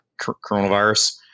coronavirus